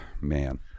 Man